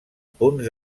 punts